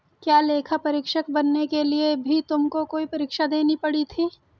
क्या लेखा परीक्षक बनने के लिए भी तुमको कोई परीक्षा देनी पड़ी थी?